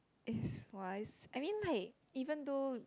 is wise I mean like even though